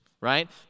right